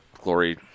glory